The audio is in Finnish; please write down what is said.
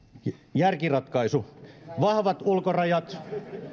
järkiratkaisu vahvat ulkorajat